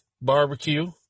Barbecue